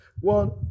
One